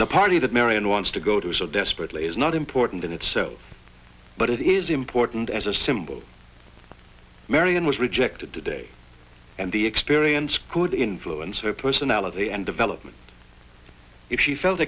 no party that marion wants to go to so desperately is not important in itself but it is important as a symbol marian was rejected today and the experience could influence her personality and development if she felt